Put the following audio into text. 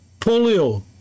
Polio